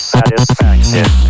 Satisfaction